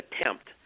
attempt